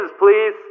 please